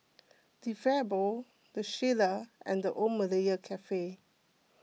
De Fabio the Shilla and the Old Malaya Cafe